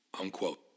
unquote